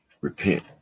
Repent